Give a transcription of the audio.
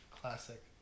classic